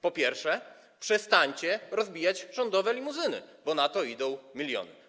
Po pierwsze, przestańcie rozbijać rządowe limuzyny, bo na to idą miliony.